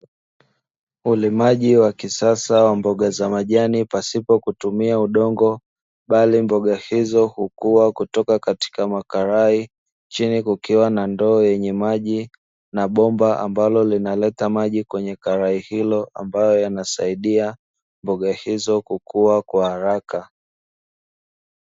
Ulimaji wa kisasa wa mboga za majani pasipokutumia udongo, bali mboga hizo hukua kutoka katika makalai, chini kukiwa na ndoo yenye maji, na bomba ambalo linaleta maji kwenye kalai hilo, ambayo yanasaidia mboga hizo kukua kwa haraka.